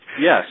Yes